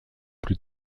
plus